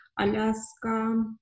Alaska